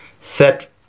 Set